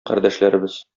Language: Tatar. кардәшләребез